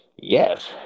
Yes